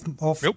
Nope